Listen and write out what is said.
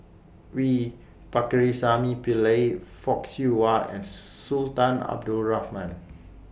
V Pakirisamy Pillai Fock Siew Wah and Sultan Abdul Rahman